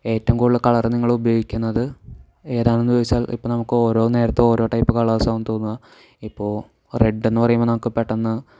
ഏറ്റവും കൂടുതൽ കളർ നിങ്ങൾ ഉപയോഗിക്കുന്നത് ഏതാണെന്ന് ചോദിച്ചാൽ ഇപ്പോൾ നമുക്ക് ഒരോ നേരത്ത് ഓരോ ടൈപ്പ് കളേഴ്സ് ആവും തോന്നുക ഇപ്പോൾ റെഡ് എന്ന് പറയുമ്പോൾ നമുക്ക് പെട്ടെന്ന്